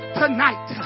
tonight